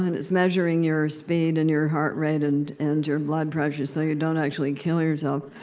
and it's measuring your speed, and your heart rate, and and your blood pressure, so you don't actually kill yourself